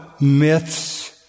myths